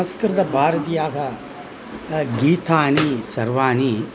संस्कृतभारत्याः गीतानि सर्वाणि